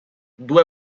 due